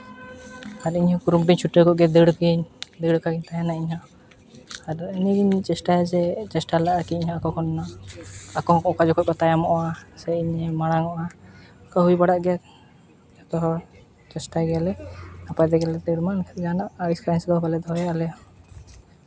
ᱦᱟᱺᱰᱤ ᱧᱩ ᱠᱩᱨᱩᱢᱩᱴᱩᱧ ᱪᱷᱩᱴᱟᱹᱣ ᱠᱚᱜ ᱜᱮᱭᱟ ᱫᱟᱹᱲ ᱟᱹᱜᱩᱭᱟᱹᱧ ᱫᱟᱹᱲ ᱟᱠᱟᱜ ᱜᱮᱧ ᱛᱟᱦᱮᱱᱟᱹᱧ ᱤᱧᱦᱚᱸ ᱟᱫᱚ ᱚᱱᱟᱹ ᱜᱮᱧ ᱪᱮᱥᱴᱟᱭᱟ ᱡᱮ ᱪᱮᱥᱴᱟ ᱞᱟᱜᱟ ᱠᱤ ᱤᱧᱦᱚᱸ ᱟᱠᱚ ᱠᱷᱚᱱ ᱟᱠᱚ ᱦᱚᱸ ᱚᱠᱟ ᱡᱚᱠᱷᱚᱱ ᱠᱚ ᱛᱟᱭᱚᱢᱜᱼᱟ ᱥᱮ ᱤᱧ ᱢᱟᱲᱟᱝᱚᱜᱼᱟ ᱚᱱᱠᱟ ᱦᱩᱭ ᱵᱟᱲᱟᱜ ᱜᱮᱭᱟ ᱡᱚᱛᱚ ᱦᱚᱲ ᱪᱮᱥᱴᱟᱭ ᱜᱮᱭᱟᱞᱮ ᱫᱟᱹᱲ ᱮᱢᱟᱱ ᱞᱮᱠᱷᱟᱱ ᱡᱟᱦᱟᱱᱟᱜ ᱟᱭᱮᱥᱠᱟ ᱟᱭᱮᱥᱠᱟ ᱵᱟᱞᱮ ᱫᱚᱦᱚᱭᱟ ᱮᱢᱟᱱᱟᱜ